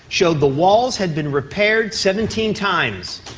showed the walls had been repaired seventeen times.